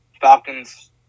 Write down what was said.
Falcons